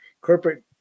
corporate